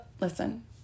listen